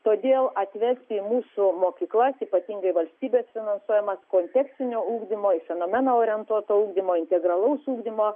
todėl atvesti į mūsų mokyklas ypatingai valstybės finansuojamas kontekstinio ugdymo į fenomeną orientuoto ugdymo integralaus ugdymo